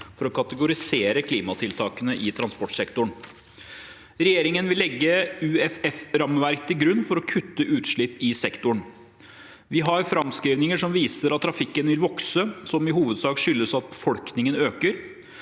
for å kategorisere klimatiltakene i transportsektoren. Regjeringen vil legge UFF-rammeverket til grunn for å kutte utslipp i sektoren. Vi har framskrivninger som viser at trafikken vil vokse, som i hovedsak skyldes at befolkningen øker.